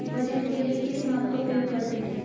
वजन के लिए किस माप का उपयोग करते हैं?